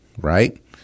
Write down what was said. right